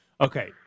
Okay